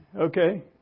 Okay